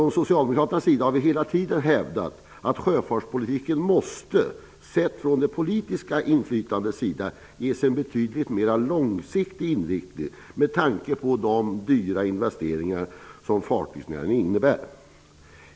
Vi socialdemokrater har hela tiden hävdat att sjöfartspolitiken, sedd från det politiska inflytandets sida, måste ges en betydligt mer långsiktig inriktning med tanke på de dyra investeringar som fartygsnäringen innebär.